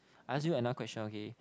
I ask you another question okay